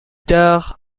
tard